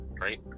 right